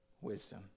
wisdom